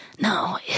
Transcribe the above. No